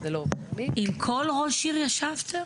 עם כל ראש עיר ישבתם?